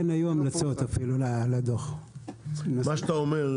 מה שאתה אומר,